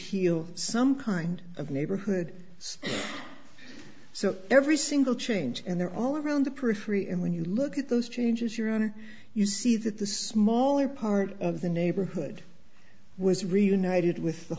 heal some kind of neighborhood so every single change and they're all around the periphery and when you look at those changes you're on and you see that the smaller part of the neighborhood was reunited with the